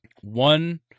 one